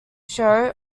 show